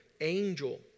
angel